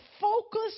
focus